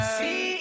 see